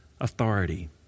authority